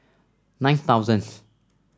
nine thousandth